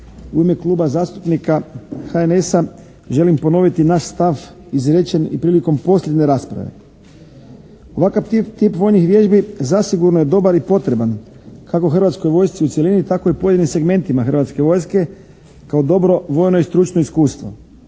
u ime Kluba zastupnika HNS-a želim ponoviti naš stav izrečen i prilikom posljednje rasprave. Ovakav tip vojnih vježbi zasigurno je dobar i potreban kako hrvatskoj vojsci u cjelini tako i pojedinim segmentima hrvatske vojske kao dobro vojno i stručno iskustvo.